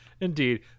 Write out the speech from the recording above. Indeed